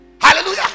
Hallelujah